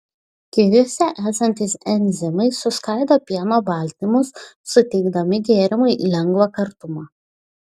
kiviuose esantys enzimai suskaido pieno baltymus suteikdami gėrimui lengvą kartumą